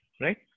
right